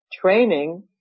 training